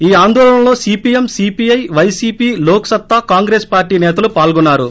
ఈ ఆందోళనలో CPM CPI YCP Lok Satta Congress party సేతలు పాల్గొన్నారు